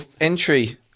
entry